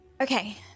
Okay